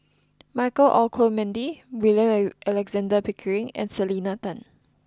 Michael Olcomendy William Alexander Pickering and Selena Tan